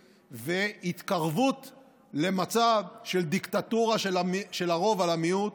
והתקרבות למצב של דיקטטורה של הרוב על המיעוט.